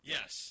Yes